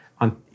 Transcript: on